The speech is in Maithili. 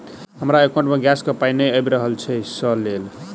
हमरा एकाउंट मे गैस केँ पाई नै आबि रहल छी सँ लेल?